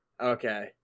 Okay